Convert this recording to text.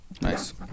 nice